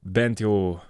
bent jau